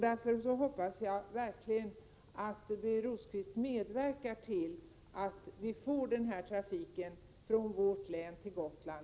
Därför hoppas jag verkligen att Birger Rosqvist medverkar till att vi nästa år får den här trafiken från vårt län till Gotland.